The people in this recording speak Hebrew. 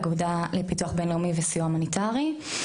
אגודה לפיתוח בין-לאומי וסיוע המוניטרי.